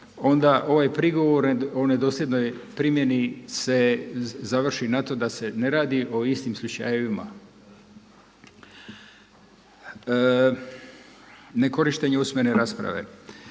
onda ovaj prigovor o nedosljednoj primjeni se završi na to da se ne radi o istim slučajima. Ne korištenje usmene rasprave,